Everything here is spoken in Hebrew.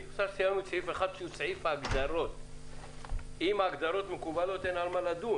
אנחנו מבקשים להוסיף בסייפה של ההגדרה עוד כמה מלים,